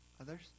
Others